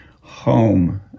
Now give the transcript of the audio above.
home